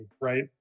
right